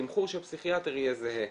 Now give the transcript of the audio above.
התמחור של פסיכיאטר יהיה זהה,